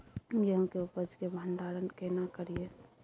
गेहूं के उपज के भंडारन केना करियै?